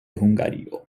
hungario